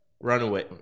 Runaway